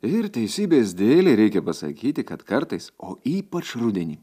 ir teisybės dėlei reikia pasakyti kad kartais o ypač rudenį